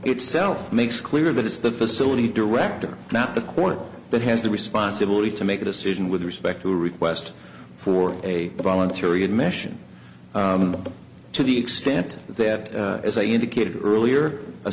itself makes clear that it's the facility director not the court that has the responsibility to make a decision with respect to a request for a voluntary admission to the extent that as i indicated earlier a